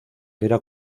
era